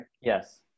Yes